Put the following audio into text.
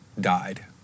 died